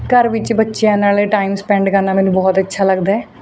ਘਰ ਵਿੱਚ ਬੱਚਿਆਂ ਨਾਲ ਟਾਈਮ ਸਪੈਂਡ ਕਰਨਾ ਮੈਨੂੰ ਬਹੁਤ ਅੱਛਾ ਲੱਗਦਾ